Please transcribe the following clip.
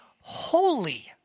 Holy